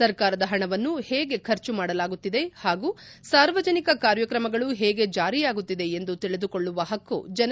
ಸರ್ಕಾರದ ಹಣವನ್ನು ಹೇಗೆ ಖರ್ಚು ಮಾಡಲಾಗುತ್ತಿದೆ ಹಾಗೂ ಸಾರ್ವಜನಿಕ ಕಾರ್ಯಕ್ರಮಗಳು ಹೇಗೆ ಜಾರಿಯಾಗುತ್ತಿದೆ ಎಂದು ತಿಳಿದುಕೊಳ್ಳುವ ಹಕ್ಕು ಜನರಿಗೆ ಇದೆ ಎಂದು ಹೇಳಿದರು